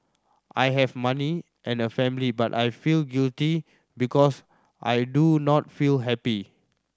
I have money and a family but I feel guilty because I do not feel happy